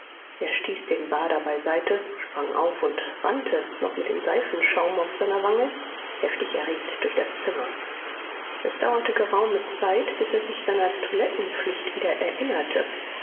er stieß den bader beiseite sprang auf und rannte noch mit dem seifenschaum auf seiner wange heftig erregt durch das zimmer es dauerte geraume zeit bis er sich seiner toilettenpflicht wieder erinnerte